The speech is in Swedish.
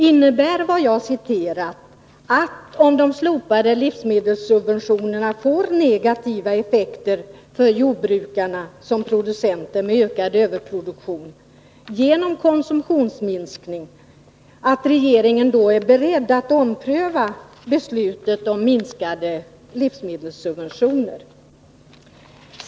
Innebär vad jag citerat att regeringen, om de slopade livsmedelssubventionerna får negativa effekter för jordbrukarna som producenter, på grund av ökad överproduktion och på grund av konsumtionsminskning, är beredd att ompröva beslutet om minskade livsmedelssubventioner?